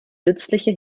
nützliche